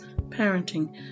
parenting